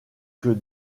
que